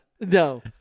no